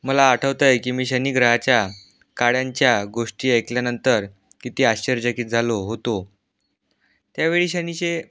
मला आठवतं आहे की मी शनिग्रहाच्या काड्यांच्या गोष्टी ऐकल्यानंतर किती आश्चर्यचकित झालो होतो त्यावेळी शनिशी